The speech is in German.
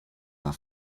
war